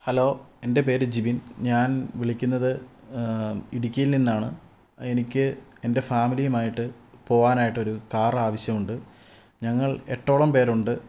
hello എൻ്റെ പേര് ജിബിൻ ഞാൻ വിളിക്കുന്നത് ഇടുക്കിയിൽ നിന്നാണ് എനിക്ക് എൻ്റെ ഫാമിലിയുമായിട്ട് പോകാനായിട്ട് ഒരു കാർ ആവശ്യമുണ്ട് ഞങ്ങൾ എട്ടോളം പേരുണ്ട്